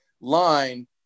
line